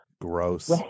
gross